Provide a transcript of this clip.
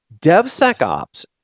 DevSecOps